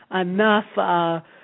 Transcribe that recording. enough